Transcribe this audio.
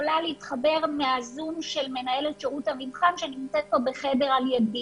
יכולה להתחבר מה"זום" של מנהלת שירות המבחן שנמצאת בחדר על ידי.